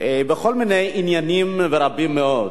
בכל מיני עניינים, רבים מאוד.